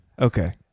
Okay